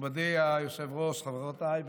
נכבדי היושב-ראש, חברותיי וחבריי,